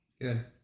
good